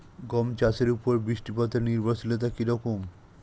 গম চাষের উপর বৃষ্টিপাতে নির্ভরশীলতা কী রকম?